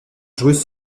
joueuses